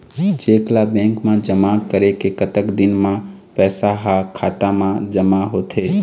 Cheque ला bank मा जमा करे के कतक दिन मा पैसा हा खाता मा जमा होथे थे?